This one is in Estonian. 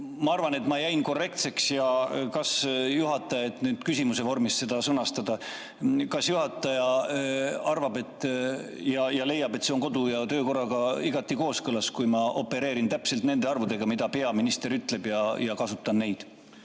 ma arvan, et ma jäin korrektseks. Ja et nüüd küsimuse vormis seda sõnastada, siis kas juhataja arvab ja leiab, et see on kodu‑ ja töökorraga igati kooskõlas, kui ma opereerin täpselt nende arvudega, mida peaminister ütleb, ja kasutan neid?